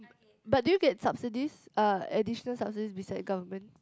but did you get subsidies uh additional subsidies beside government